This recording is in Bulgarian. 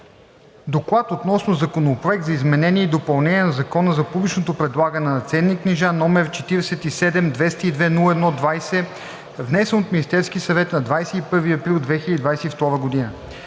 „ДОКЛАД относно Законопроект за изменение и допълнение на Закона за публичното предлагане на ценни книжа, № 47-202-01-20, внесен от Министерския съвет на 21 април 2022 г.